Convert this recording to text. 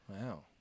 Wow